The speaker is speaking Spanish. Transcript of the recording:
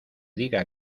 diga